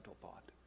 thought